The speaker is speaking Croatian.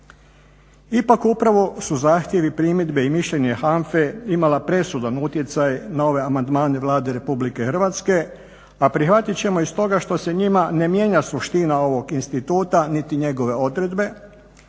Ipak upravo su zahtjevi, primjedbe i mišljenje HANFA-e imala presudan utjecaj na ove amandmane Vlade RH a prihvatit ćemo iz toga što se njima ne mijenja suština ovog instituta niti njegove odredbe,